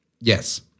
Yes